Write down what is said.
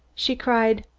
she cried,